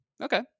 Okay